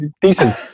decent